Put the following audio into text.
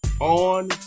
on